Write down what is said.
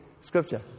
Scripture